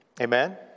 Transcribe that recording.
Amen